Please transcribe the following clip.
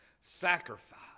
sacrifice